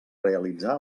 realitzar